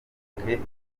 bigabanuke